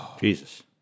Jesus